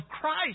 Christ